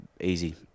easy